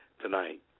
tonight